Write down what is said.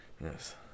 Yes